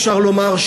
אפשר לומר,